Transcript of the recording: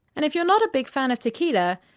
and if you're not a big fan of tequila,